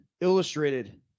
Illustrated